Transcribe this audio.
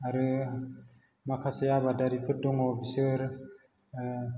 आरो माखासे आबादारिफोर दङ बिसोर